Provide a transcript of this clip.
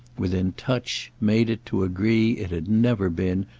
within touch, made it, to a degree it had never been,